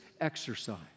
exercise